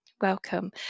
welcome